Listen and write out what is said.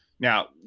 Now